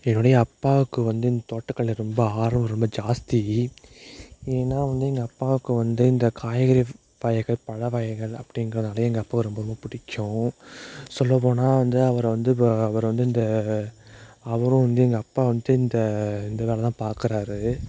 என்னுடைய அப்பாவுக்கு வந்து இந்த தோட்டக்கலை ரொம்ப ஆர்வம் ரொம்ப ஜாஸ்தி ஏனால் வந்து எங்கள் அப்பாவுக்கு வந்து இந்த காய்கறி வகைகள் பழ வகைகள் அப்படிங்கிறதனாலே எங்கள் அப்பாவை ரொம்ப ரொம்ப பிடிக்கும் சொல்ல போனால் வந்து அவரை வந்து இப்போ அவர் வந்து இந்த அவரும் வந்து எங்கள் அப்பா வந்துட்டு இந்த இந்த வேலை தான் பார்க்கறாரு